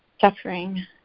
suffering